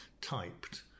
typed